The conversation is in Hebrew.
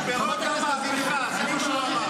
משמרות המהפכה, זה מה שהוא אמר.